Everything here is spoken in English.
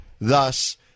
thus